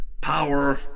power